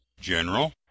general